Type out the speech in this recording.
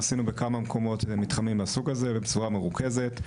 עשינו כמה מתחמים מהסוג הזה בצורה מרוכזת.